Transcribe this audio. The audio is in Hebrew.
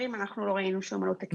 אנחנו לא ראינו שום עלות תקציבית לחוק.